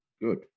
good